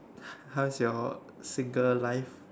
how's your single life